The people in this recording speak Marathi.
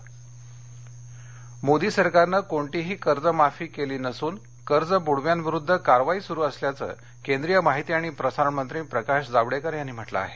जावडेकर राहल टीका मोदी सरकारनं कोणतीही कर्ज माफी केली नसून कर्ज बुडव्यांविरुद्ध कारवाई सुरु असल्याचं केंद्रीय माहिती आणि प्रसारण मंत्री प्रकाश जावडेकर यांनी म्हटल आहे